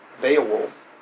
Beowulf